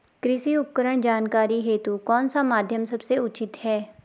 कृषि उपकरण की जानकारी हेतु कौन सा माध्यम सबसे उचित है?